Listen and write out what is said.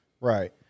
Right